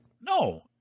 No